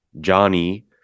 johnny